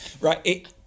Right